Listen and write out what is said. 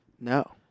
No